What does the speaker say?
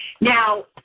Now